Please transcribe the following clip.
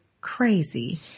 crazy